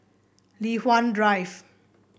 Li Hwan Drive